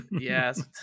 yes